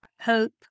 hope